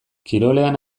kirolean